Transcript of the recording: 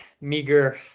meager